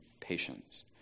patience